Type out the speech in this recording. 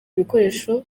ibikoresho